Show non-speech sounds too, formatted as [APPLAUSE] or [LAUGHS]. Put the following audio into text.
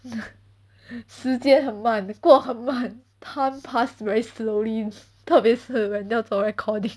[LAUGHS] 时间很慢过很慢 time pass very slowly 特别是 when 要 recording